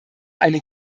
eine